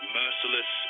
merciless